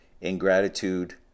ingratitude